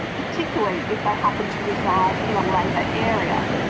particularly if they happen to reside in a labor area.